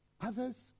Others